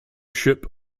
ship